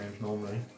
normally